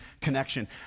connection